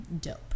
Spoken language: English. Dope